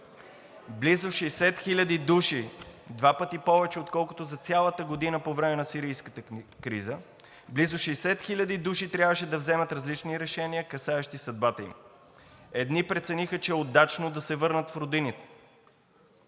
Близо 60 хиляди души – два пъти повече, отколкото за цялата година по време на сирийската криза, трябваше да вземат различни решения, касаещи съдбата им. Едни прецениха, че е удачно да се върнат в родината,